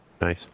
Nice